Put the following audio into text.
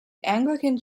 anglican